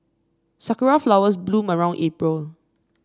sakura flowers bloom around April